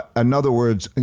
in other words, and